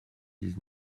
dix